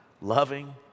loving